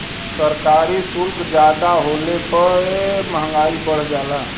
सरकारी सुल्क जादा होले पे मंहगाई बढ़ जाला